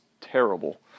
terrible